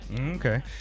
okay